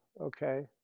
okay